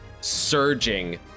surging